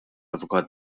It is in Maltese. avukat